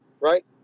right